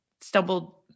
stumbled